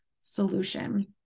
solution